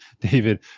David